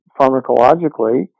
pharmacologically